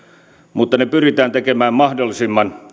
mutta ne pyritään tekemään mahdollisimman